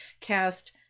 cast